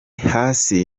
hasi